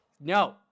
No